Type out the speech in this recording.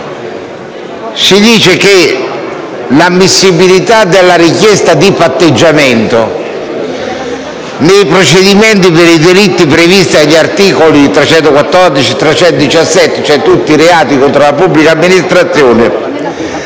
si dice che l'ammissibilità della richiesta di patteggiamento nei procedimenti per i delitti previsti agli articoli 314 e 317, ossia tutti i reati contro la pubblica amministrazione,